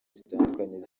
zitandukanye